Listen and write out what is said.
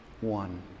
one